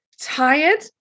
tired